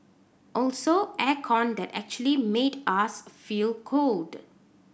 also air con that actually made us feel cold